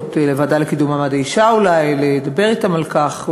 לוועדה לקידום מעמד האישה אולי ולדבר אתם על כך,